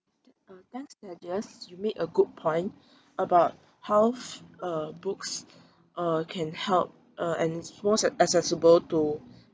thanks thaddeus you make a good point about how uh books uh can help uh and it's more acce~ accessible to